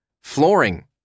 Flooring